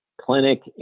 Clinic